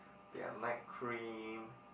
their night cream